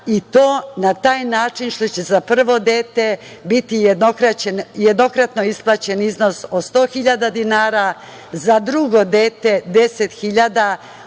i to na taj način što će za prvo dete biti jednokratno isplaćen iznos od 100.000 dinara, za drugo dete 10.000 dinara